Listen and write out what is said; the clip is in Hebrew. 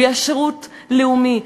ויש שירות לאומי.